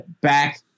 back